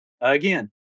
Again